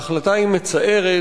ההחלטה מצערת,